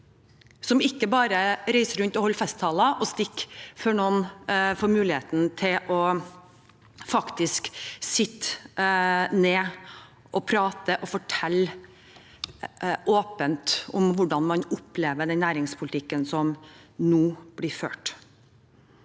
som ikke bare reiser rundt og holder festtaler og stikker av før noen får muligheten til å sette seg ned og prate og fortelle åpent om hvordan man opplever den næringspolitikken som nå blir ført.